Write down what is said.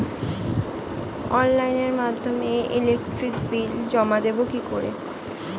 অনলাইনের মাধ্যমে electric bill জমা দেবো কি করে?